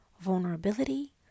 vulnerability